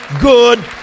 good